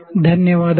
ಧನ್ಯವಾದಗಳು